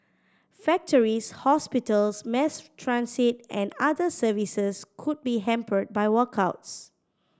factories hospitals mass transit and other services could be hampered by walkouts